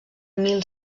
mil